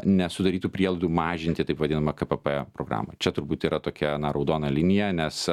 nesudarytų prielaidų mažinti taip vadinamą kpp programą čia turbūt yra tokia na raudona linija nes